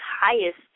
highest